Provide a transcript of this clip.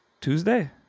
Tuesday